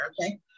Okay